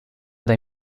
dai